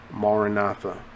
Maranatha